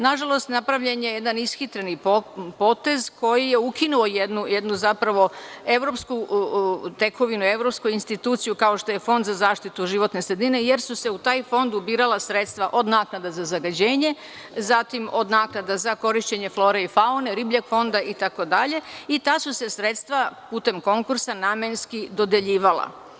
Nažalost, napravljen je jedan ishitreni potez koji je ukinuo jednu zapravo evropsku tekovinu, evropsku instituciju kao što je Fond za zaštitu životne sredine jer su se u taj fond ubirala sredstva od naknada za zagađenje, zatim od naknada za korišćenje flore i faune, ribljeg fonda itd. i ta su se sredstva putem konkursa namenski dodeljivala.